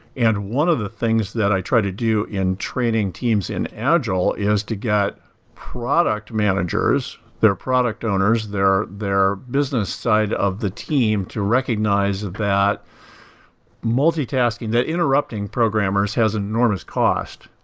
and one of the things that i try to do in training teams in agile is to get their product managers, their product owners, their their business side of the team to recognize that multi-tasking that interrupting programmers has enormous cost.